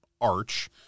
arch